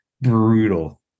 brutal